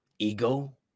Ego